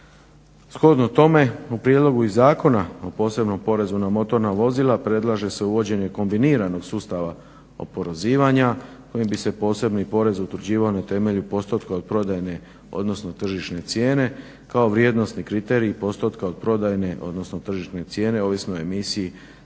Shodno tome u prilogu iz zakona o posebnom porezu na motorna vozila predlaže se uvođenje kombiniranog sustava oporezivanja kojim bi se posebni porez utvrđivan kao vrijednosni kriteriji postotka od prodajne, odnosno tržišne cijene ovisno o emisiji